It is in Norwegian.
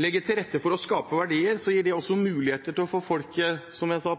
legge til rette for å skape verdier, også gir muligheter til å få folk, som jeg sa,